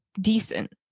decent